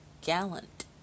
Gallant